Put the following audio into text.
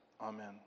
amen